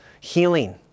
healing